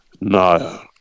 No